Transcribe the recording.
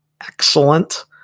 excellent